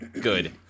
good